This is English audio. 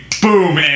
Boom